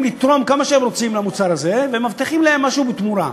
לתרום כמה שהם רוצים למוצר הזה והם מבטיחים להם משהו בתמורה.